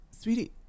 sweetie